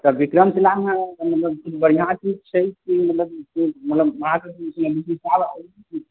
तऽ विक्रमशिलामे मतलब किछु बढिआँ चीज छै कि मतलब जे मतलब अहाँके यानिकि